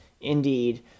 indeed